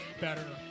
better